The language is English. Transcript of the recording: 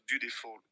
beautiful